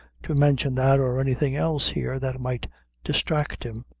to mention that or anything else here that might distract him!